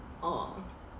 oh